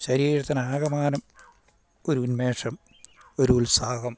ശരീരത്തിനാകമാനം ഒരു ഉന്മേഷം ഒരു ഉത്സാഹം